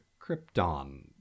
Krypton